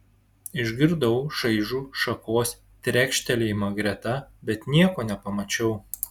išgirdau šaižų šakos trekštelėjimą greta bet nieko nepamačiau